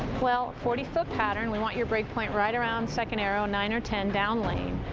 well, forty foot pattern, we want your break point right around second arrow, nine or ten down lane.